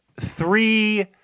three